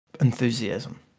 enthusiasm